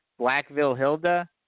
Blackville-Hilda